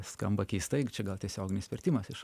skamba keistai čia gal tiesioginis vertimas iš